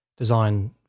Design